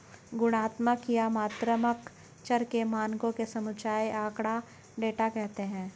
गुणात्मक या मात्रात्मक चर के मानों के समुच्चय को आँकड़ा, डेटा कहते हैं